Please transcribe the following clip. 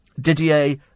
Didier